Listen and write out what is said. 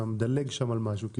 אתה מדלג שם על משהו.